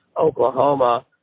Oklahoma